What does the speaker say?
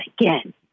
again